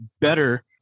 better